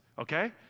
okay